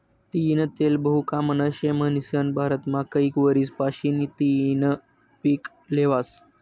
तीयीनं तेल बहु कामनं शे म्हनीसन भारतमा कैक वरीस पाशीन तियीनं पिक ल्हेवास